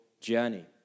journey